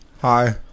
Hi